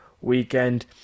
weekend